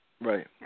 Right